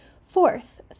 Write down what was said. Fourth